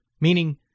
meaning